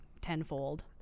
tenfold